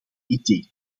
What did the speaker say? idee